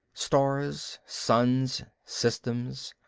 stars, suns, systems.